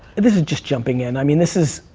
this is just jumping in, i mean, this is,